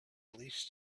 least